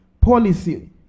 policy